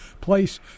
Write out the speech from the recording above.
place